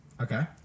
Okay